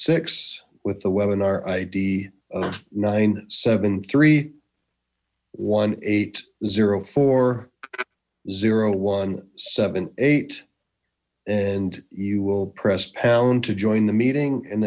six with the webinar i d of nine seven three one eight zero four zero one seven eight and you will press pound to join the meeting and